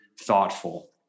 thoughtful